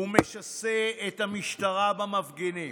הוא משסה את המשטרה במפגינים.